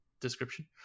description